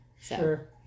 Sure